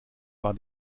war